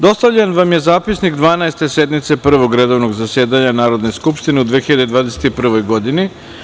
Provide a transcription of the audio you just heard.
Dostavljen vam je Zapisnik 12. sednice Prvog redovnog zasedanja Narodne skupštine u 2021. godini.